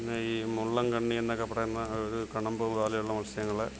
പിന്നെ ഈ മുള്ളങ്കണ്ണിയെന്നൊക്കെ പറയുന്ന ഒരു കണമ്പ് പോലെയുള്ള മൽസ്യങ്ങൾ